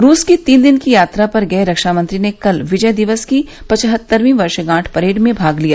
रूस की तीन दिन की यात्रा पर गये रक्षामंत्री ने कल विजय दिवस की पचहत्तरवीं वर्षगांठ परेड में भाग लिया